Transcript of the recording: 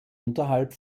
unterhalb